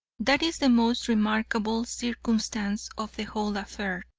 that is the most remarkable circumstance of the whole affair,